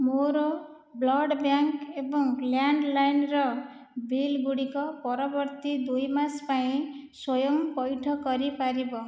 ମୋର ବ୍ରଡ଼୍ବ୍ୟାଣ୍ଡ୍ ଏବଂ ଲ୍ୟାଣ୍ଡ୍ଲାଇନ୍ ର ବିଲଗୁଡ଼ିକ ପରବର୍ତ୍ତୀ ଦୁଇ ମାସ ପାଇଁ ସ୍ଵୟଂ ପଇଠ କରିପାରିବ